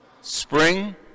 spring